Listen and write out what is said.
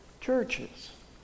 churches